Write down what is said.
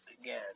again